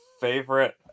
favorite